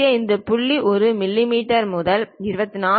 1 மிமீ முதல் 24